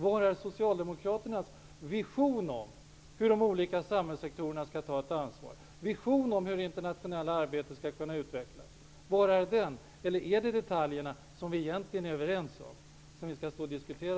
Var är socialdemokraternas vision om hur de olika samhällssektorerna skall ta ett ansvar och om hur det internationella arbetet skall kunna utvecklas? Eller är det detaljerna, som vi egentligen är överens om, som vi skall diskutera?